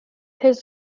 his